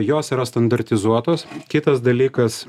jos yra standartizuotos kitas dalykas